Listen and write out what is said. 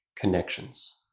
connections